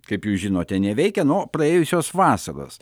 kaip jūs žinote neveikia nuo praėjusios vasaros